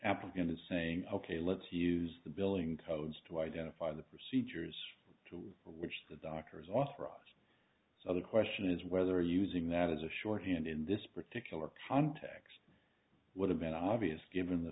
applicant is saying ok let's use the billing codes to identify the procedures to which the doctor's office of the question is whether using that as a shorthand in this particular context would have been obvious given the